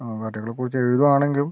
ആ പാർട്ടികളെക്കുറിച്ച് എഴുതുകയാണെങ്കിലും